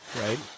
Right